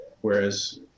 whereas